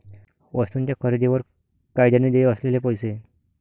वस्तूंच्या खरेदीवर कायद्याने देय असलेले पैसे